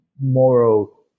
moral